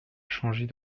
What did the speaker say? changer